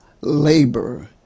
labor